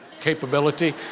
capability